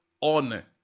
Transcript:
on